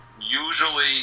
usually